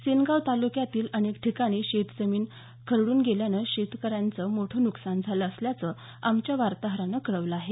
सेनगाव तालुक्यातील अनेक ठिकाणी शेतजमीन खरडून गेल्यानं शेतकऱ्यांचं मोठं नुकसान झालं असल्याचं आमच्या वार्ताहरानं कळवलं आहे